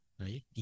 right